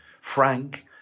Frank